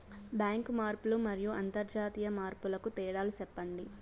Bank మార్పులు మరియు అంతర్జాతీయ మార్పుల కు తేడాలు సెప్పండి?